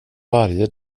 varje